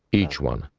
each one.